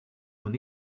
m’en